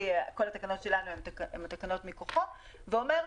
שכל התקנות שלנו הן תקנות מכוחו ואומר,